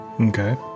Okay